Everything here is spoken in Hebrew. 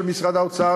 של משרד האוצר,